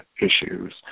issues